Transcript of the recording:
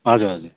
हजुर हजुर